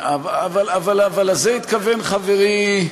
אבל לזה התכוון חברי,